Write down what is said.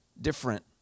different